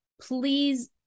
please